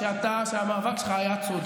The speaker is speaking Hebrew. אמרת לי שהמאבק שלי צודק.